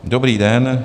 Dobrý den.